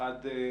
אחת,